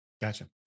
Gotcha